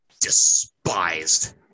despised